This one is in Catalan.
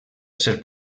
ser